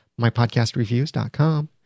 mypodcastreviews.com